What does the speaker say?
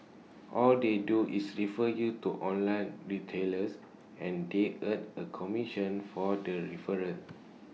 all they do is refer you to online retailers and they earn A commission for that referral